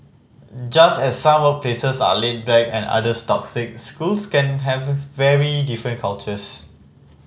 just as some workplaces are laid back and others toxic schools can have very different cultures